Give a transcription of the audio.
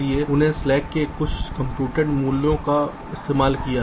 इसलिए उन्होंने स्लैक के कुछ कम्प्यूटेड मूल्य का इस्तेमाल किया